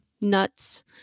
nuts